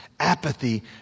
Apathy